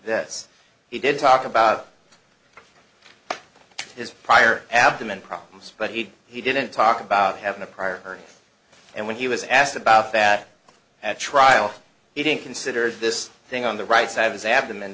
this he did talk about his prior abdomen problems but he he didn't talk about having a prior and when he was asked about that at trial he didn't consider this thing on the right side of his abdomen